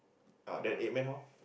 ah eight men then how